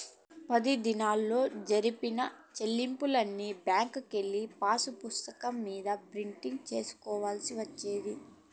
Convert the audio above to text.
పది దినాల్లో జరిపిన సెల్లింపుల్ని బ్యాంకుకెళ్ళి పాసుపుస్తకం మీద ప్రింట్ సేసుకోవాల్సి వచ్చేది